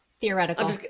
Theoretical